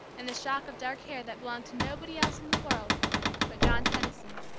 and the shock of dark hair that belonged to nobody else in the world but john tenison,